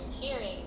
hearing